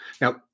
Now